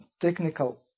Technical